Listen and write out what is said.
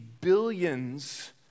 billions